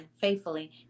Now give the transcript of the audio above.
faithfully